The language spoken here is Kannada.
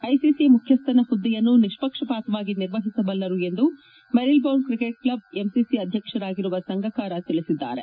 ಐಸಿಸಿ ಮುಖ್ಯಸ್ವನ ಹುದ್ದೆಯನ್ನು ನಿಷ್ಣಕ್ಷಪಾತವಾಗಿ ನಿರ್ವಹಿಸಬಲ್ಲರು ಎಂದು ಮೆರಿಲ್ ಬೋನ್ ಕ್ರಿಕೆಚ್ ಕ್ಷದ್ ಎಂಸಿಸಿ ಅಧ್ಯಕ್ಷರಾಗಿರುವ ಸಂಗಕ್ಷಾರ ತಿಳಿಸಿದ್ದಾರೆ